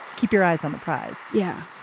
keep your eyes on the prize. yeah